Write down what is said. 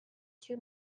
too